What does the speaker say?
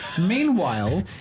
Meanwhile